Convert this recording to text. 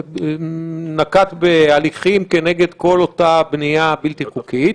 נקט בהליכים כנגד כל אותה בנייה בלתי חוקית,